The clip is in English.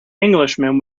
englishman